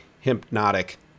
Hypnotic